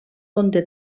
conté